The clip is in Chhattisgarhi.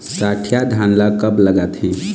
सठिया धान ला कब लगाथें?